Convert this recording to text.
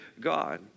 God